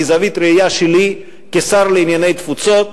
מזווית הראייה שלי כשר לענייני תפוצות,